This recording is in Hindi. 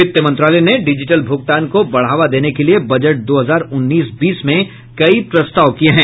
वित्त मंत्रालय ने डिजिटल भूगतान को बढ़ावा देने के लिए बजट दो हजार उन्नीस बीस में कई प्रस्ताव किए हैं